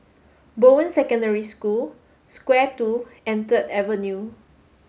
Bowen Secondary School Square Two and Third Avenue